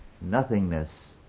nothingness